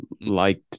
liked